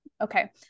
Okay